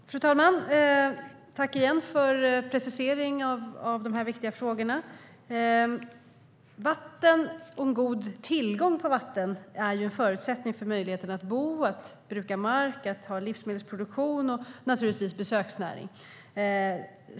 STYLEREF Kantrubrik \* MERGEFORMAT Svar på interpellationerFru talman! Jag tackar igen för precisering av de här viktiga frågorna. Vatten och en god tillgång på vatten är en förutsättning för möjligheten att bo, bruka mark, att ha en livsmedelsproduktion och naturligtvis för besöksnäringen.